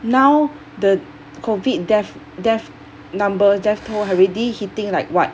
now the COVID death death number death toll already hitting like what